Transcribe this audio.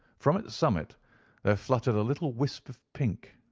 from its summit there fluttered a little wisp of pink,